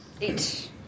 Eight